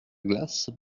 glace